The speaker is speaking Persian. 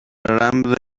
رمز